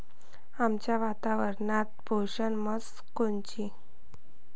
आमच्या वातावरनात पोषक म्हस कोनची?